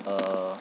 err